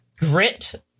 Grit